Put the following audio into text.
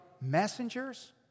messengers